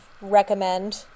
recommend